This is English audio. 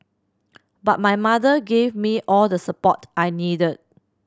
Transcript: but my mother gave me all the support I needed